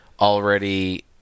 already